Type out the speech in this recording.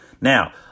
Now